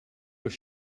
was